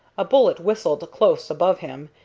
a bullet whistled close above him,